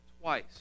twice